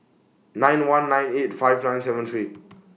nine one nine eight five nine seven three